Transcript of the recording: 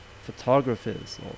photographers